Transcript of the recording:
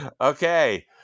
okay